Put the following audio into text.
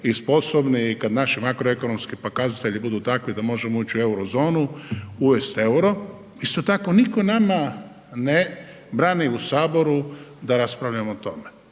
i sposobni i kada naši makroekonomski pokazatelji budu takvi da možemo ući u Eurozonu, uvesti euro. Isto tako nitko nama ne brani u Saboru da raspravljamo o tome.